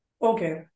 Okay